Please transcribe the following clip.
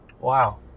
Wow